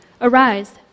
Arise